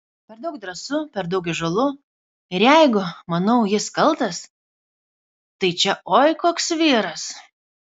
per daug drąsu per daug įžūlu ir jeigu manau jis kaltas tai čia oi koks vyras